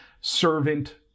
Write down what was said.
servant